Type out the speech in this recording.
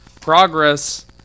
progress